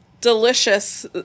delicious